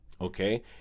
Okay